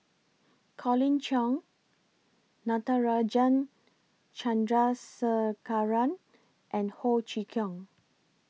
Colin Cheong Natarajan Chandrasekaran and Ho Chee Kong